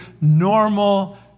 normal